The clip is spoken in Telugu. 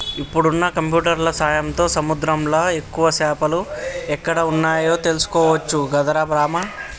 ఇప్పుడున్న కంప్యూటర్ల సాయంతో సముద్రంలా ఎక్కువ చేపలు ఎక్కడ వున్నాయో తెలుసుకోవచ్చట గదరా రామా